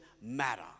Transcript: matter